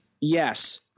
Yes